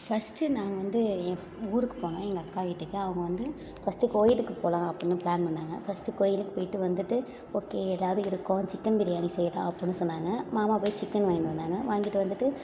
first நாங்கள் வந்து என் ஃப் ஊருக்கு போனேன் எங்கள் அக்கா வீட்டுக்கு அவங்க வந்து ஃபஸ்ட்டு கோயிலுக்கு போகலாம் அப்படின்னு ப்ளான் பண்ணிணாங்க ஃபஸ்ட்டு கோயிலுக்கு போய்விட்டு வந்துட்டு ஓகே ஏதாவது எடுப்போம் சிக்கன் பிரியாணி செய்யலாம் அப்புடின்னு சொன்னாங்க மாமா போய் சிக்கன் வாங்கிட்டு வந்தாங்க வாங்கிட்டு வந்துட்டு